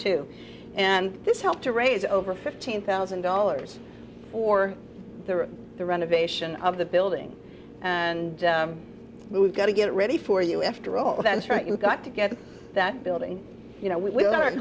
two and this helped to raise over fifteen thousand dollars for the renovation of the building and we've got to get it ready for you after all that's right you got to get that building you know we w